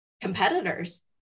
competitors